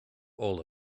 all